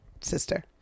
sister